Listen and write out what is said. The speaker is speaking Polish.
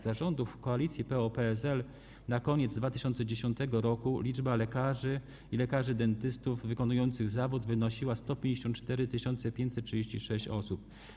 Za rządów koalicji PO-PSL na koniec 2010 r. liczba lekarzy i lekarzy dentystów wykonujących zawód wynosiła 154 536 osób.